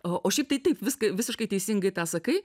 o o šiaip tai taip viską visiškai teisingai tą sakai